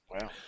wow